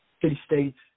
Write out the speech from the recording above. city-states